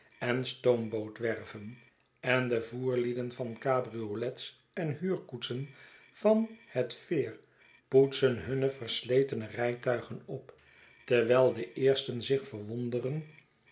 en stoomboot werven en de voerlieden van cabriolets en huurkoetsen van het veer poetsen hunne versletene rijtuigenop terwijl de eersten zich verwonderen